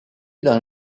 dans